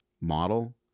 model